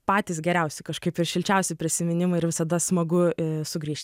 patys geriausi kažkaip ir šilčiausi prisiminimai ir visada smagu sugrįžt